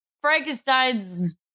Frankenstein's